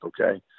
okay